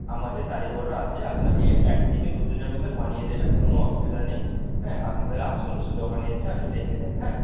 আমাদের কারিগররা আছে আপনাকে এক থেকে দুদিনের মধ্যে বানিয়ে দেবে কোনো অসুবিধা নেই হ্যাঁ আপনি তাহলে আসুন শুধু দোকানে এসে আপনি দেখে যান হ্যাঁ